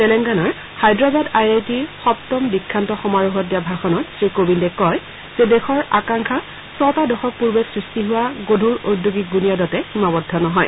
তেলেংগানাৰ হায়দৰাবাদ আই আই টিৰ সপ্তম দীক্ষান্ত সমাৰোহত দিয়া ভাষণত শ্ৰী কোৱিন্দে কয় যে দেশৰ আকাংখা ছটা দশক পূৰ্বে সৃষ্টি হোৱা গধুৰ ঔদ্যোগিক বুনিয়াদতে সীমাবদ্ধ নহয়